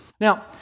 Now